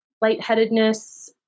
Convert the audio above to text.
lightheadedness